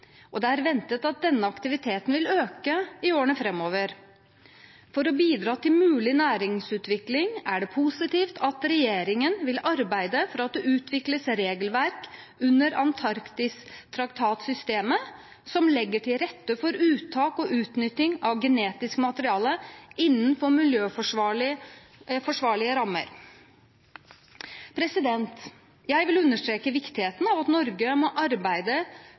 og det er ventet at denne aktiviteten vil øke i årene framover. For å bidra til mulig næringsutvikling er det positivt at regjeringen vil arbeide for at det utvikles regelverk under Antarktistraktat-systemet som legger til rette for uttak og utnytting av genetisk materiale innenfor miljøforsvarlige rammer. Jeg vil understreke viktigheten av at Norge må arbeide